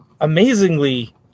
amazingly